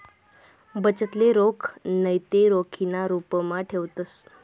बचतले रोख नैते रोखीना रुपमा ठेवतंस